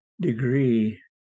degree